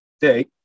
day